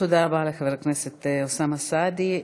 תודה רבה לחבר הכנסת אוסאמה סעדי.